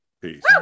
Peace